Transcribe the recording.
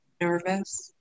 nervous